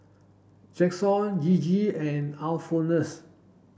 Jaxon Gigi and Alphonsus